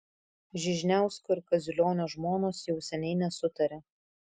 žižniausko ir kaziulionio žmonos jau seniai nesutaria